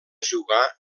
jugar